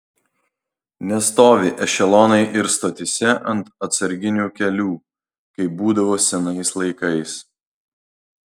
nestovi ešelonai ir stotyse ant atsarginių kelių kaip būdavo senais laikais